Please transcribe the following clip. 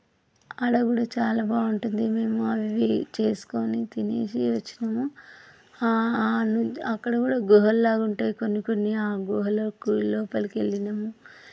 అక్కడ కూడా చాలా బాగుంటుంది మేము అవీ చేసుకొని తినేసి వచ్చినాము అక్కడ కూడా గుహల్లా ఉంటాయి కొన్ని కొన్ని గుహలో గుహలోపలికి వెళ్ళినాం